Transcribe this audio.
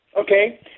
Okay